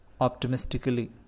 optimistically